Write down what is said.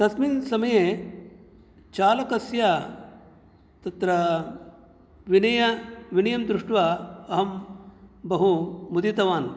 तस्मिन् समये चालकस्य तत्र विनयं दृष्ट्वा अहं बहु मुदितवान्